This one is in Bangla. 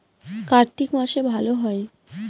কার্তিক মাসে ভালো হয়?